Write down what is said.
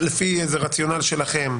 לפי רציונל שלכם,